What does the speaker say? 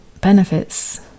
benefits